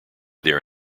their